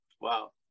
Wow